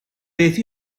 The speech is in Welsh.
beth